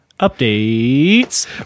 Updates